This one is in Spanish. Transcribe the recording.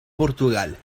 portugal